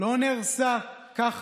ובכל זאת, אם כן נרצה להצביע